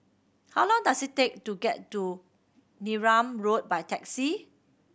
how long does it take to get to Neram Road by taxi